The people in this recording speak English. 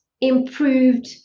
improved